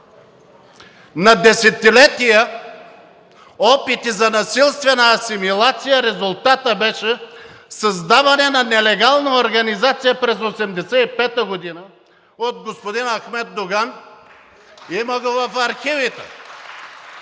На десетилетия опити за насилствена асимилация резултатът беше създаване на нелегална организация през 1985 г. от господин Ахмед Доган. (Ръкопляскания